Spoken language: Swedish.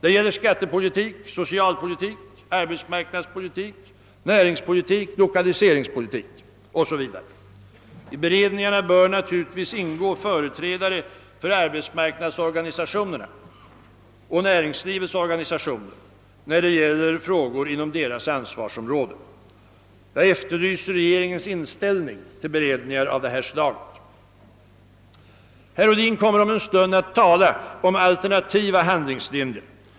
Det gäller skattepolitik, socialpolitik, arbetsmarknadspolitik, näringspolitik, lokaliseringspolitik o.s.v. I beredningarna bör naturligtvis ingå företrädare för arbetsmarknadsorganisationerna och näringslivets organisationer, när det gäller frågor inom deras ansvarsområde. Jag efterlyser regeringens inställning till beredningar av detta slag. Herr Ohlin kommer om en stund att tala bl.a. om alternativa handlingslinjer.